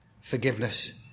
forgiveness